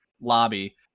lobby